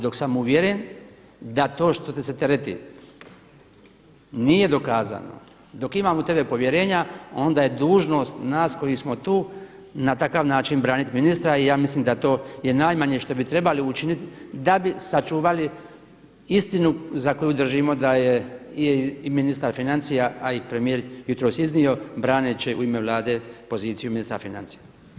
Dok sam uvjeren da to što te se tereti nije dokazano, dok imam u tebe povjerenja onda je dužnost nas koji smo tu na takav način branit ministra i ja mislim da je to najmanje što bi trebali učiniti da bi sačuvali istinu za koju držimo da je i ministar financija, a i premijer jutros iznio braneći u ime Vlade poziciju ministra financija.